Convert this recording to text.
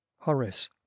horace